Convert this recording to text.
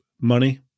money